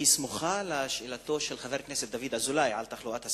היא סמוכה לשאלתו של חבר הכנסת דוד אזולאי על תחלואת הסרטן.